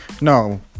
no